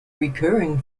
recurring